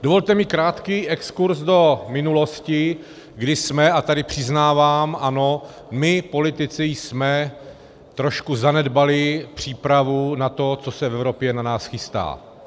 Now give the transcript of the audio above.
Dovolte mi krátký exkurz do minulosti, kdy jsme a tady přiznávám, ano, my politici jsme trošku zanedbali přípravu na to, co se v Evropě na nás chystá.